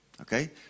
Okay